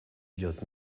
идет